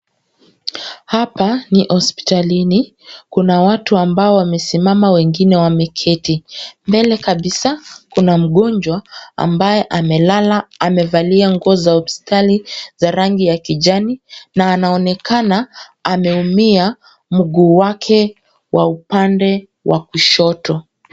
Hapa ni hospitalini. Kuna watu ambao wamesimama wengine wameketi. Mbele kabisa kuna mgonjwa ambaye amelala. Amevalia nguo za hospitali za rangi ya kijani na anaonekana ameumia mguu wake wa upande wa kushoto.